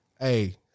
Hey